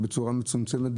בצורה מצומצמת,